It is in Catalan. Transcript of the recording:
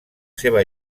seva